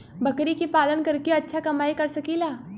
बकरी के पालन करके अच्छा कमाई कर सकीं ला?